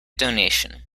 donation